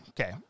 okay